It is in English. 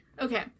Okay